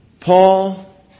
Paul